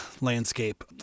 landscape